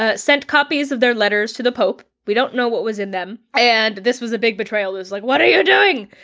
ah sent copies of their letters to the pope, we don't know what was in them. and this was a big betrayal, it's like what are you doing?